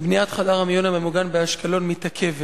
בניית חדר המיון הממוגן באשקלון מתעכבת.